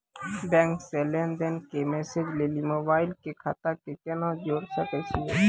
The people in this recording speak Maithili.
बैंक से लेंन देंन के मैसेज लेली मोबाइल के खाता के केना जोड़े सकय छियै?